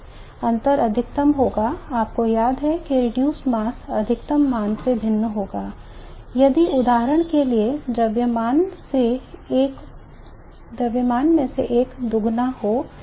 अंतर अधिकतम होगा आपको याद है कि reduced mass अधिकतम मान से भिन्न होगा यदि उदाहरण के लिए द्रव्यमान में से एक दोगुना हो